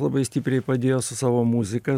labai stipriai padėjo su savo muzika